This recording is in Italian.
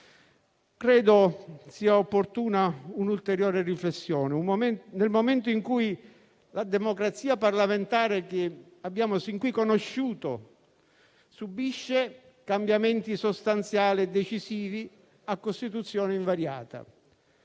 Credo sia opportuna un'ulteriore riflessione. Nel momento in cui la democrazia parlamentare che abbiamo sin qui conosciuto subisce cambiamenti sostanziali e decisivi a Costituzione invariata,